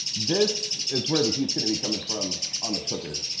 this is where the heat's gonna be comin' from on the cooker.